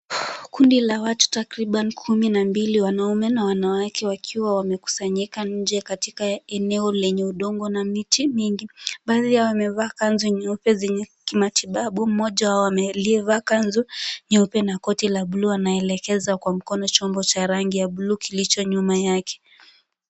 Kundi la watu takriban kumi na mbili wanaume na wanawake wakiwa wamekusanyika nje katika eneo lenye udongo na miti nyingi. Baadhi yao wamevaa kanzu nyeupe zenye kimatibabu. Mmoja wao aliyevaa kanzu nyeupe na koti la blue ameelekeza kwa mkono chombo cha rangi ya blue kilicho nyuma yake.